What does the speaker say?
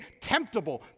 temptable